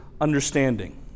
understanding